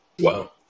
wow